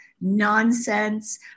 nonsense